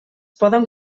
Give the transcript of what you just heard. poden